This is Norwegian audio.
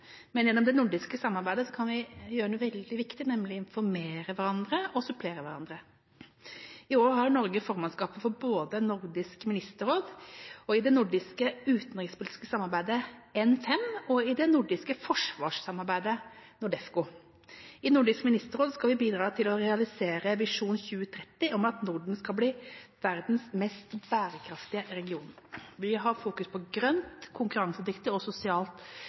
men gjennom det nordiske samarbeidet kan vi gjøre noe veldig viktig, nemlig å informere hverandre og supplere hverandre. I år har Norge formannskapet både i Nordisk ministerråd og i det nordiske utenrikspolitiske samarbeidet N5, og i det nordiske forsvarssamarbeidet NORDEFCO. I Nordisk ministerråd skal vi bidra til å realisere Visjon 2030 om at Norden skal bli verdens mest bærekraftige region. Vi har fokus på et grønt, konkurransedyktig og sosialt